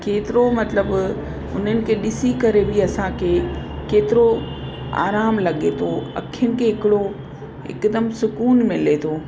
केतिरो मतिलब उन्हनि खे ॾिसी करे बि असांखे केतिरो आराम लॻे थो अखियुनि खे हिकिड़ो हिकदमि सुकून मिले थो